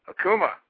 Akuma